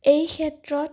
এই ক্ষেত্ৰত